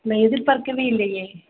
நான் எதிர்பார்க்கவே இல்லை